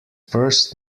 first